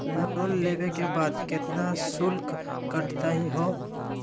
Loan लेवे के बाद केतना शुल्क कटतही हो?